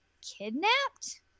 kidnapped